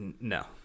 No